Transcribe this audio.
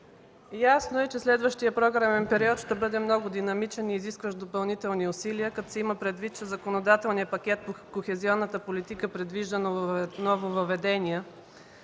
Ясно е, че следващият програмен период ще бъде много динамичен и изискващ допълнителни усилия, като се има предвид, че законодателният пакет по кохезионната политика предвижда нововъдения